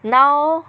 now